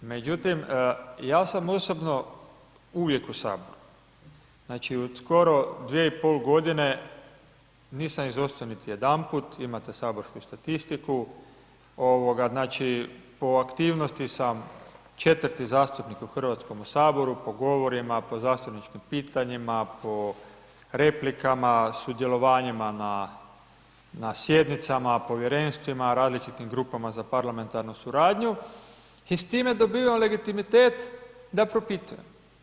Međutim, ja sam osobno uvijek u HS, znači, u skoro 2,5,.g. nisam izostao niti jedanput, imate saborsku statistiku, znači, po aktivnosti sam četvrti zastupnik u HS, po govorima, po zastupničkim pitanjima, po replikama, sudjelovanjima na sjednicama, povjerenstvima, različitim grupama za parlamentarnu suradnju i s time dobivam legitimitet da propitujem.